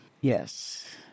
Yes